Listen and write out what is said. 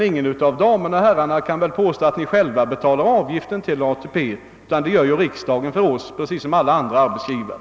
Ingen av damerna och herrarna kan väl påstå att vi själva betalar avgiften för ATP, utan det gör riksdagen för oss precis som alla andra arbetsgivare.